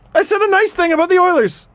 i said a nice thing about the oilers!